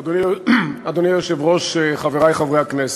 אדוני היושב-ראש, חברי חברי הכנסת,